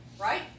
right